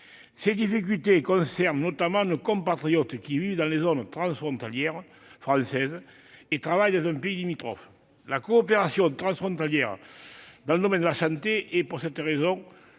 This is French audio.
Ces difficultés concernent notamment nos compatriotes qui vivent dans une zone frontalière française et travaillent dans un pays limitrophe. La coopération transfrontalière dans le domaine de la santé est, pour cette raison, une